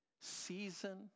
season